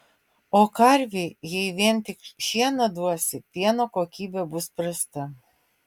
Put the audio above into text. o karvei jei vien tik šieną duosi pieno kokybė bus prasta